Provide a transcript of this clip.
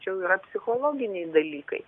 čia jau yra psichologiniai dalykai